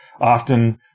Often